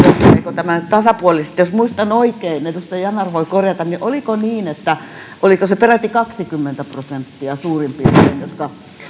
kohteleeko tämä nyt tasapuolisesti jos muistan oikein edustaja yanar voi korjata niin oliko se peräti kaksikymmentä prosenttia suurin piirtein jotka